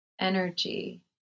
Energy